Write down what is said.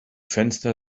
fenster